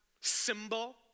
symbol